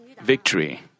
victory